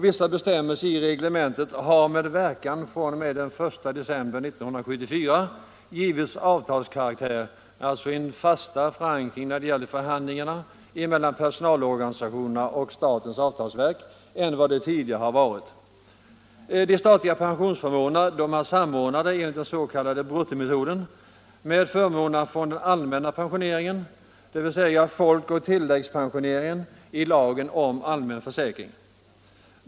Vissa bestämmelser i reglementet har med verkan fr.o.m. den 10 december 1974 givits avtalskaraktär, alltså en fastare förankring när det gäller förhandlingarna mellan personalorganisationerna och statens avtalsverk än tidigare har varit fallet. De statliga pensionsförmånerna är samordnade enligt den s.k. bruttometoden med förmånerna från den allmänna pensioneringen, dvs. folkoch tilläggspensioneringen i lagen om allmän försäkring.